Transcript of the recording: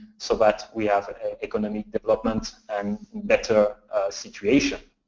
so but we have economic development, and better situation.